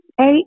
eight